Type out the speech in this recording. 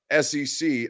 SEC